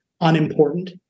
unimportant